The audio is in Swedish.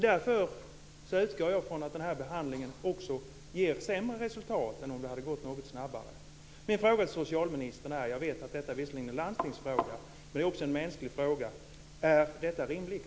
Därför utgår jag från att behandlingen ger sämre resultat än om det hade gått något snabbare. Så till min fråga till socialministern - visserligen är detta en landstingsfråga men det är också en mänsklig fråga: Är detta rimligt?